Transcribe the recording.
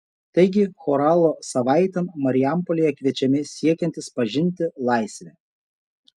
taigi choralo savaitėn marijampolėje kviečiami siekiantys pažinti laisvę